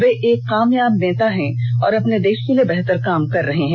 वे एक कामयाब नेता हैं और अपने देष के लिए बेहतर काम कर रहे हैं